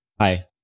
Hi